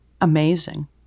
amazing